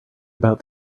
about